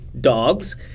dogs